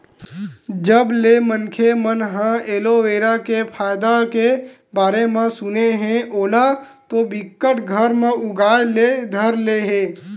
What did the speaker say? जब ले मनखे मन ह एलोवेरा के फायदा के बारे म सुने हे ओला तो बिकट घर म उगाय ले धर ले हे